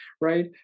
right